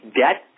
debt